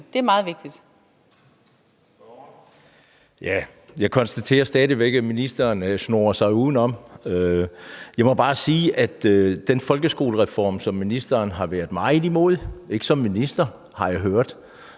Jan Johansen (S): Jeg konstaterer stadig væk, at ministeren snor sig udenom. Jeg må bare sige, at med den nye folkeskolereform, som ministeren har været meget imod – ikke som minister, har jeg hørt,